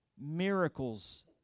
miracles